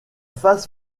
face